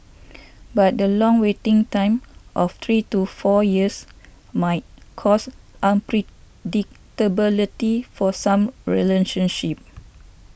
but the long waiting time of three to four years might cause unpredictability for some relationships